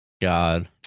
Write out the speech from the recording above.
God